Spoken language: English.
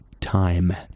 time